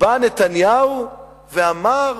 בא נתניהו ואמר: